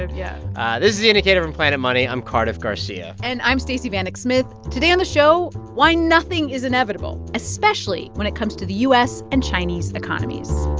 and yeah the the indicator from planet money. i'm cardiff garcia and i'm stacey vanek smith. today on the show, why nothing is inevitable, especially when it comes to the u s. and chinese economies